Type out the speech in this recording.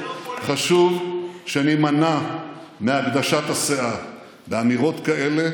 חשוב שנימנע מהגדשת הסאה באמירות כאלה